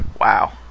Wow